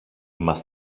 μας